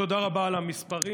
תודה רבה על המספרים,